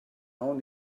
awn